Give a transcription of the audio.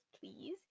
please